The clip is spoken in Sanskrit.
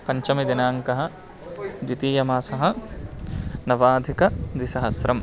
पञ्चमदिनाङ्कः द्वितीयमासः नवाधिकद्विसहस्रम्